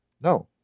No